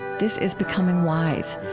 this is becoming wise.